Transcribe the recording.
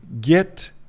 get